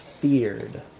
feared